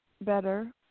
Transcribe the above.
better